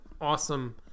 awesome